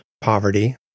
poverty